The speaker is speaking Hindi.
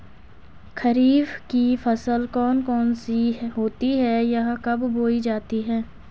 खरीफ की फसल कौन कौन सी होती हैं यह कब बोई जाती हैं?